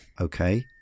Okay